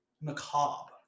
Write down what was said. macabre